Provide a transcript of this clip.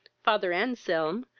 father anselm,